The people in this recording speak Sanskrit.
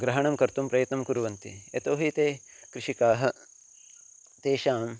ग्रहणं कर्तुं प्रयत्नं कुर्वन्ति यतो हि ते कृषिकाः तेषाम्